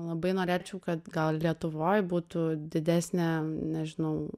labai norėčiau kad gal lietuvoj būtų didesnė nežinau